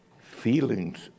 feelings